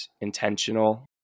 intentional